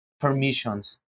permissions